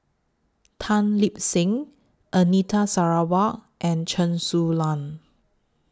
Tan Lip Seng Anita Sarawak and Chen Su Lan